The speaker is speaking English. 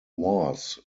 was